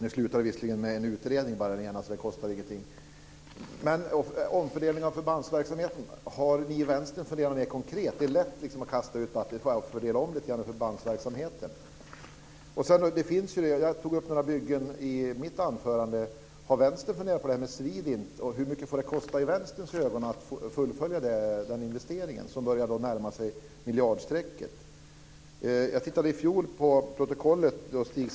Det slutade visserligen bara med en utredning, så det kostar ingenting. Men hur är det med omfördelningen inom föbandsverksamheten? Har ni i Vänstern funderat rent konkret? Det är lätt att kasta ur sig att det bara är att fördela om lite grann i förbandsverksamheten. Sedan tog jag upp några byggen i mitt anförande. Har Vänstern funderat på det här med Swedint? Hur mycket får det i Vänsterns ögon kosta att fullfölja den investeringen, som börjar närma sig miljardstrecket? Jag tittade på protokollet från i fjol.